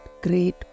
great